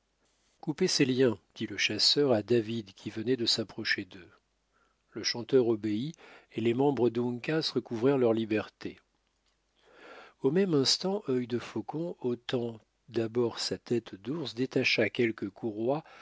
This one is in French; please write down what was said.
coupez ses liens dit le chasseur à david qui venait de s'approcher d'eux le chanteur obéit et les membres d'uncas recouvrèrent leur liberté au même instant œil de faucon ôtant d'abord sa tête d'ours détacha quelques courroies